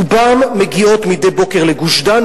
רובן מגיעות מדי בוקר לגוש-דן,